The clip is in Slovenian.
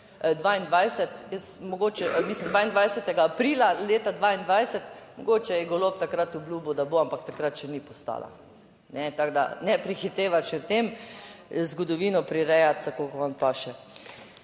22. aprila leta 2022 - mogoče je Golob takrat obljubil, da bo, ampak takrat še ni postala. Tako, da ne prehiteva še tem, zgodovino prirejati tako kot vam paše.